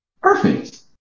perfect